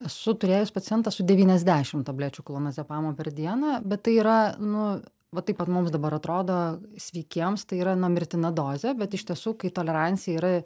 esu turėjus pacientą su devyniasdešim tablečių klonazepamo per dieną bet tai yra nu va taip vat mums dabar atrodo sveikiems tai yra na mirtina dozė bet iš tiesų kai tolerancija yra